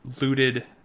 looted